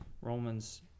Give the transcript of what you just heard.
Romans